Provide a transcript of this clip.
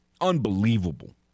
unbelievable